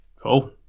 Cool